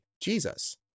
Jesus